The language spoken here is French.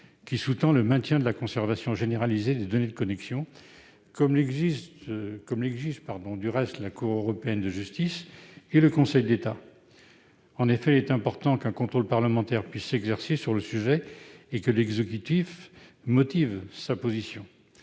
qui sous-tend le maintien de la conservation généralisée des données de connexion, comme l'exigent, du reste, la Cour de justice de l'Union européenne et le Conseil d'État. En effet, il est important qu'un contrôle parlementaire puisse s'exercer sur le sujet et que l'exécutif motive sa position.